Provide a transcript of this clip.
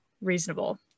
reasonable